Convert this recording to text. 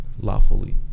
lawfully